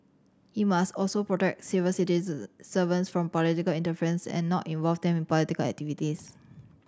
he must also protect civil servants from political interference and not involve them in political activities